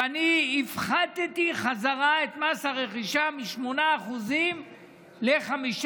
ואני הפחתתי חזרה את מס הרכישה מ-8% ל-5%,